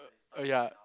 uh uh ya